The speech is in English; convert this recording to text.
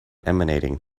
emanating